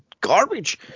garbage